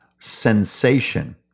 sensation